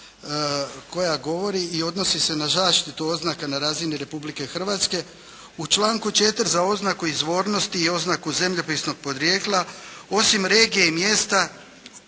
koja govori i odnosi se na zaštitu oznaka na razini Republike Hrvatske. U članku 4. za oznaku izvornosti i oznaku zemljopisnog podrijetla osim regije i mjesta